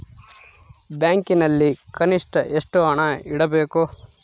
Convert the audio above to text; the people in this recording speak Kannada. ಬ್ಯಾಂಕಿನಲ್ಲಿ ಕನಿಷ್ಟ ಎಷ್ಟು ಹಣ ಇಡಬೇಕು?